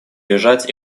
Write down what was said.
лежать